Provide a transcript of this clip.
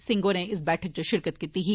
सिंह होरें बी इस बैठक इच शिरकत कीती ही